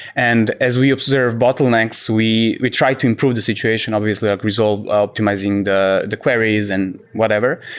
and as we observed bottlenecks, we we tried to improve the situation obviously, like resolve optimizing the the queries and whatever.